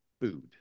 food